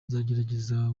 nzagerageza